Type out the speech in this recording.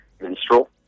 minstrel